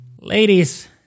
Ladies